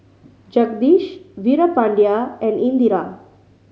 Jagadish Veerapandiya and Indira